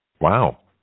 Wow